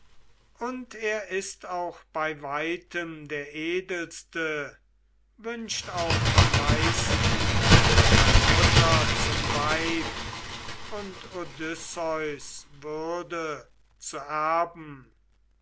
und er ist auch bei weitem der edelste wünscht auch am meisten meine mutter zum weib und odysseus würde zu erben